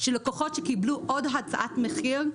שלקוחות שקיבלו עוד הצעת מחיר,